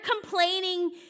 complaining